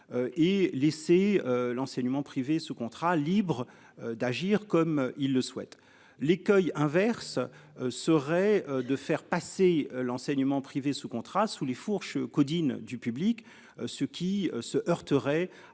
Et laisser l'enseignement privé sous contrat libre d'agir comme il le souhaite. L'écueil inverse. Serait de faire passer l'enseignement privé sous contrat, sous les fourches caudines du public ce qui se heurterait